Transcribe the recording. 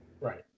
Right